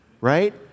right